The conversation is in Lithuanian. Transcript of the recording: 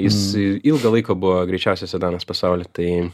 jis ilgą laiką buvo greičiausias sedanas pasauly tai